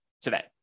today